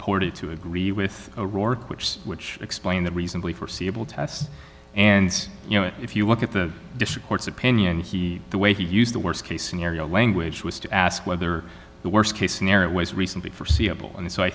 party to agree with rourke which is which explain the reasonably foreseeable test and you know if you look at the district court's opinion he the way he used the worst case scenario language was to ask whether the worst case scenario was recently forseeable and so i